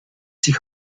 sich